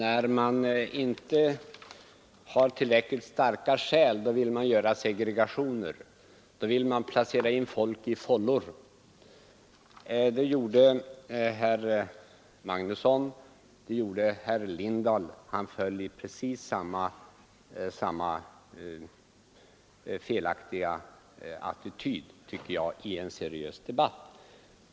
Fru talman! När man inte har tillräckligt starka skäl vill man göra segregationer och placera in folk i olika fållor. Det gjorde herr Magnusson i Kristinehamn och det gjorde herr Lindahl. Det är en felaktig attityd i en seriös debatt, tycker jag.